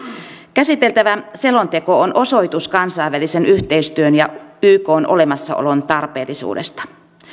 käsiteltävä selonteko on osoitus kansainvälisen yhteistyön ja ykn olemassaolon tarpeellisuudesta